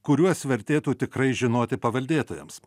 kuriuos vertėtų tikrai žinoti paveldėtojams